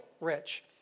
rich